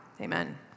Amen